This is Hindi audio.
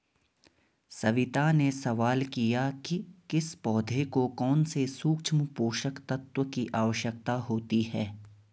सविता ने सवाल किया कि किस पौधे को कौन से सूक्ष्म पोषक तत्व की आवश्यकता होती है